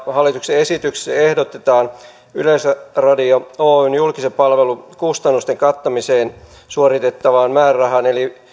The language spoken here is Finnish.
hallituksen esityksessä ehdotetaan että yleisradio oyn julkisen palvelun kustannusten kattamiseen suoritettavaan määrärahaan